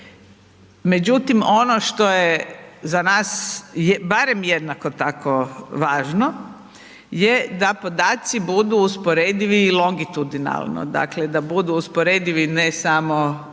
Međutim, ono što je za nas, barem jednako tako važno, je da podaci budu usporedivi i longitudinalno, dakle da budu usporedivi ne samo